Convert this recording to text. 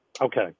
okay